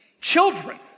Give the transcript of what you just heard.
children